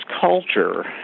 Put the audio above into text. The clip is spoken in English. culture